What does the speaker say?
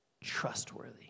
trustworthy